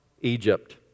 Egypt